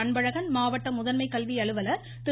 அன்பழகன் மாவட்ட முதன்மை கல்வி அலுவலர் திரு